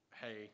hey